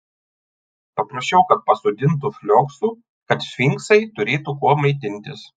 paprašiau kad pasodintų flioksų kad sfinksai turėtų kuo maitintis